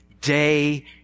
day